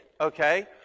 Okay